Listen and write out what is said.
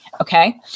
okay